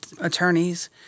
attorneys